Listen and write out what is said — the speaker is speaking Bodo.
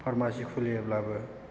फार्मासि खुलियोब्लाबो